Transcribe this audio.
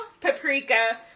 paprika